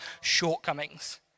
shortcomings